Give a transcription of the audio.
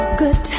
good